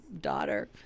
daughter